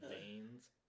veins